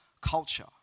culture